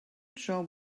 jaw